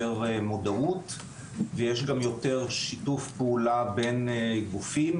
מודעות ויש גם יותר שיתוף פעולה בין גופים.